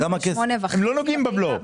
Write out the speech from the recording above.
הם לא נוגעים בבלו.